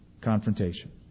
Confrontation